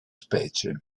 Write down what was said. specie